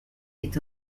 est